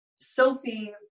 Sophie